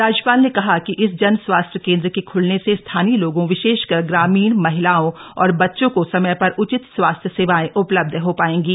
राज्यपाल ने कहा कि इस जन स्वास्थ्य केन्द्र के खुलने से स्थानीय लोगों विशेषकर ग्रामीण महिलाओं और बच्चों को समय पर उचित स्वास्थ्य सेवाएं उपलब्ध हो पाएंगी